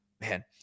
man